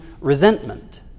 resentment